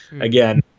again